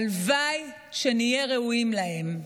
הלוואי שנהיה ראויים להם.